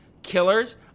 killers